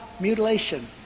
mutilation